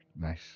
Nice